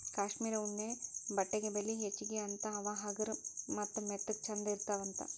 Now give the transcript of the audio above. cashmere ಉಣ್ಣೆ ಬಟ್ಟೆಗೆ ಬೆಲಿ ಹೆಚಗಿ ಅಂತಾ ಅವ ಹಗರ ಮತ್ತ ಮೆತ್ತಗ ಚಂದ ಇರತಾವಂತ